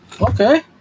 Okay